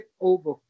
over